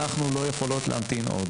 אנחנו לא יכולות להמתין עוד.